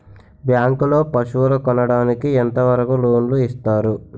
Bank లో పశువుల కొనడానికి ఎంత వరకు లోన్ లు ఇస్తారు?